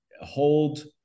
hold